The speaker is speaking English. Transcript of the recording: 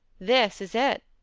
this is it.